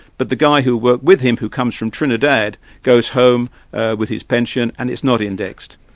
but the guy who worked with him who comes from trinidad, goes home with his pension and it's not indexed.